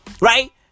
Right